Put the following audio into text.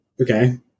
Okay